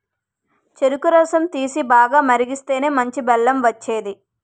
చెరుకు రసం తీసి, బాగా మరిగిస్తేనే మంచి బెల్లం వచ్చేది